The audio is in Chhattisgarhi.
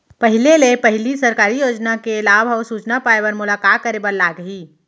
पहिले ले पहिली सरकारी योजना के लाभ अऊ सूचना पाए बर मोला का करे बर लागही?